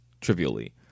trivially